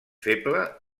feble